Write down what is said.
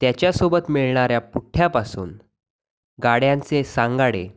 त्याच्यासोबत मिळणाऱ्या पुठ्ठ्यापासून गाड्यांचे सांगाडे